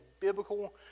biblical